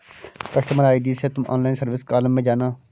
customer ID से तुम online service column में जाना